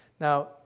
Now